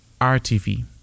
RTV